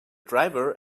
driver